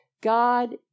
God